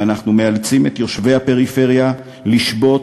ואנחנו מאלצים את יושבי הפריפריה לשבות,